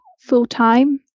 full-time